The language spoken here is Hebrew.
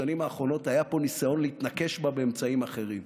בשנים האחרונות היה פה ניסיון להתנקש בה באמצעים אחרים.